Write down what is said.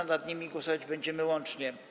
Nad nimi głosować będziemy łącznie.